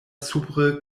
supre